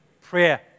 prayer